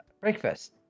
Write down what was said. Breakfast